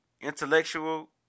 intellectual